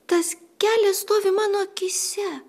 tas kelias stovi mano akyse